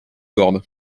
snowboard